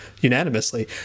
unanimously